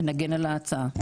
נגן על ההצעה.